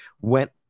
went